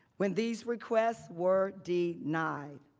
when these requests were denied,